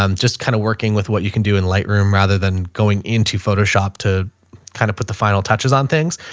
um just kind of working with what you can do in light room rather than going into photoshop to kind of put the final touches on things,